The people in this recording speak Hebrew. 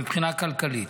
מבחינה כלכלית.